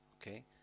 Okay